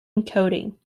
encoding